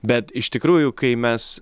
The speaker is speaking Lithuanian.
bet iš tikrųjų kai mes